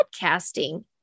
podcasting